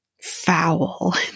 foul